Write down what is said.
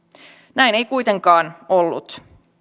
näin ei kuitenkaan ollut